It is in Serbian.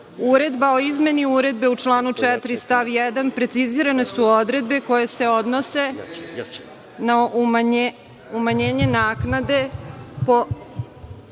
uredba o izmeni uredbe u članu 4. stav 1, precizirane su odredbe koje se odnose na umanjenje naknade…